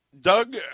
Doug